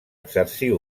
exercir